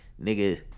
nigga